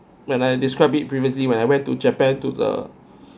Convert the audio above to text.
when I describe it previously when I went to japan to the